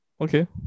okay